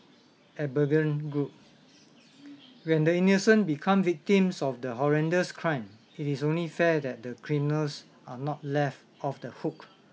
group when the innocent become victims of the horrendous crime it is only fair that the criminals are not left off the hook